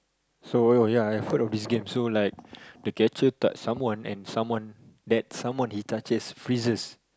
so oh ya ya heard of this game so like the catcher touch someone and someone that someone he touches freezes